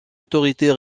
autorités